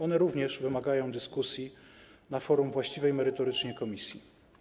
One również wymagają dyskusji na forum właściwej merytorycznie komisji.